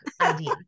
idea